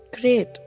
Great